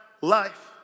life